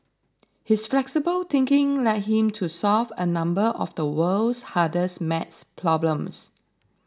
his flexible thinking led him to solve a number of the world's hardest math problems